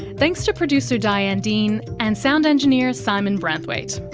thanks to producer diane dean and sound engineer simon branthwaite.